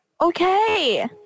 okay